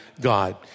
God